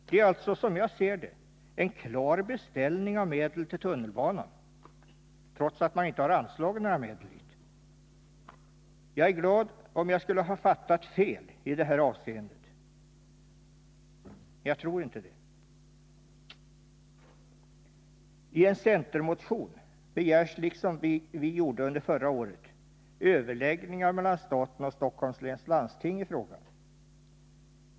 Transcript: Det är, som jag ser det, en klar beställning av medel till tunnelbanan, trots att inte något anslag föreslagits. Jag är glad om jag skulle ha fattat fel i detta avseende, men jag tror inte det. I en centermotion begärs, liksom vi gjorde under förra året, överläggningar mellan staten och Stockholms läns landsting i frågan.